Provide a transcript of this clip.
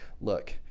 look